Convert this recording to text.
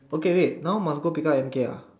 okay wait now must go pick up M_K ah